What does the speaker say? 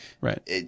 right